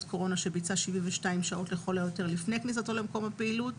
קורונה שביצע 72 שעות לכל היותר לפני כניסתו למקום הפעילות